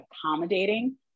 accommodating